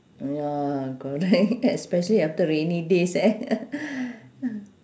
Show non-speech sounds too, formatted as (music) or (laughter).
ya correct especially after rainy days eh (laughs)